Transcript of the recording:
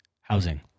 Housing